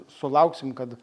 sulauksim kad